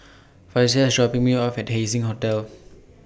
Frazier IS dropping Me off At Haising Hotel